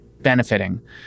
benefiting